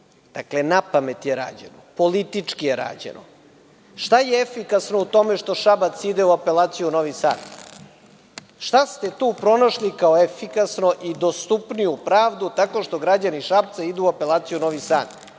Dakle, napamet je rađeno, politički je rađeno. Šta je efikasno u tome što Šabac ide u apelaciju u Novi Sad? Šta ste tu pronašli kao efikasnu i dostupniju pravdu, tako što građani Šapca idu u apelaciju u Novi Sad?